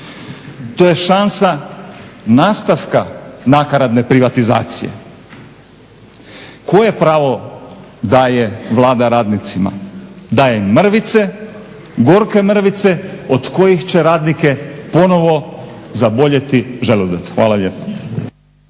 to je šansa nastavka nakaradne privatizacije. Koje pravo daje Vlada radnicima? Daje mrvice, gorke mrvice od kojih će radnike ponovo zaboljeti želudac. Hvala lijepa.